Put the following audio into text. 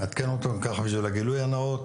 בשביל הגילוי הנאות,